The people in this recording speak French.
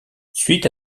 suite